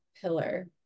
pillar